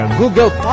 Google